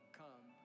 come